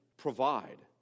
provide